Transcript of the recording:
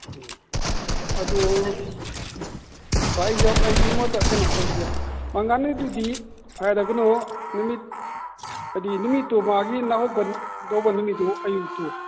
ꯎꯝ ꯑꯗꯣ ꯑꯩꯁꯦ ꯑꯩꯉꯣꯟꯗ ꯀꯩꯅꯣ ꯇꯧꯖꯒꯦ ꯃꯉꯥꯅꯤꯗꯨꯗꯤ ꯍꯥꯏꯔꯒꯅꯣ ꯅꯨꯃꯤꯠ ꯍꯥꯏꯗꯤ ꯅꯨꯃꯤꯠꯇꯣ ꯃꯥꯒꯤ ꯅꯥꯍꯨꯠꯄ ꯇꯧꯕ ꯅꯨꯃꯤꯠꯇꯣ ꯑꯌꯨꯛꯇꯣ